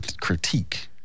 critique